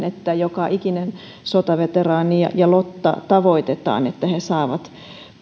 että joka ikinen sotaveteraani ja ja lotta tavoitetaan niin että he saavat